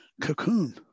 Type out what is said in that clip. Cocoon